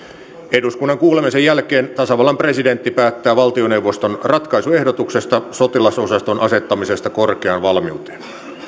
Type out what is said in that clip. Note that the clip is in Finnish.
eduskunnan kuulemisen jälkeen tasavallan presidentti päättää valtioneuvoston ratkaisuehdotuksesta sotilasosaston asettamisesta korkeaan valmiuteen